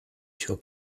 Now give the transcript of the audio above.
tür